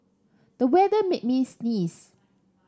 the weather made me sneeze